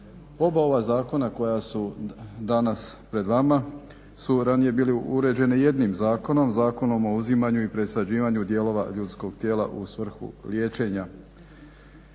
Oba ova zakona koja su danas pred vama su ranije bili uređeni jednim zakonom – Zakonom o uzimanju i presađivanju dijelova ljudskog tijela u svrhu liječenja.